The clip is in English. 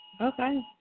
okay